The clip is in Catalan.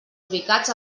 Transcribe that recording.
ubicats